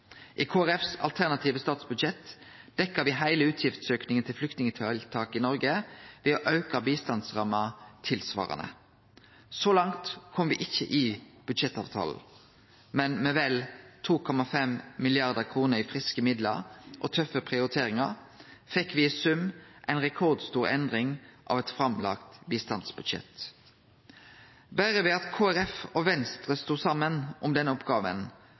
Kristeleg Folkepartis alternative statsbudsjett dekte me heile utgiftsaukinga til flyktningtiltak i Noreg ved å auke bistandsramma tilsvarande. Så langt kom me ikkje i budsjettavtalen, men med vel 2,5 mrd. kr i friske midlar og tøffe prioriteringar fekk me i sum ei rekordstor endring av eit framlagt bistandsbudsjett. Berre ved at Kristeleg Folkeparti og Venstre sto saman om denne oppgåva,